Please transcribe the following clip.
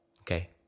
Okay